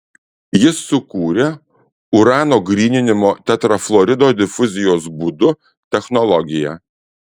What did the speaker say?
jis sukūrė urano gryninimo tetrafluorido difuzijos būdu technologiją